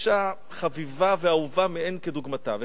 אשה חביבה ואהובה מאין כדוגמתה.